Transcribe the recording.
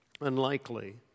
Unlikely